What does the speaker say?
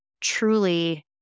truly